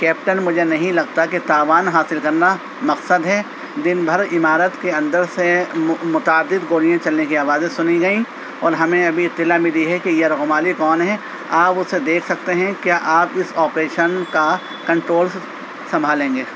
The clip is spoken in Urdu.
کیپٹن مجھے نہیں لگتا کہ تاوان حاصل کرنا مقصد ہے دن بھر عمارت کے اندر سے مطابق گولیاں چلنے کی آوازیں سنیں گئیں اور ہمیں ابھی اطلاع ملی ہے کہ یرغمالی کون ہیں آپ اسے دیکھ سکتے ہیں کیا آپ اس آپریشن کا کنٹرول سنبھالیں گے